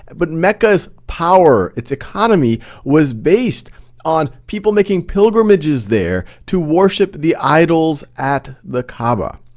but mecca's power, it's economy was based on people making pilgrimages there to worship the idols at the kaaba.